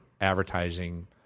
advertising